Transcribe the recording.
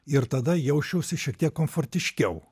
ir tada jausčiausi šiek tiek komfortiškiau